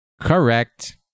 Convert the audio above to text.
Correct